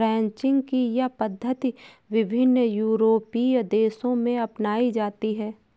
ranching की यह पद्धति विभिन्न यूरोपीय देशों में अपनाई जाती है